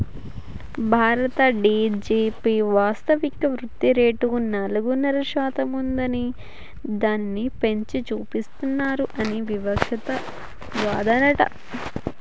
భారత జి.డి.పి వాస్తవిక వృద్ధిరేటు నాలుగున్నర శాతం ఉండగా దానిని పెంచి చూపిస్తానన్నారు అని వివక్షాలు వాదనట